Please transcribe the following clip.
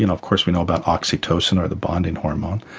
you know of course we know about oxytocin or the bonding hormone,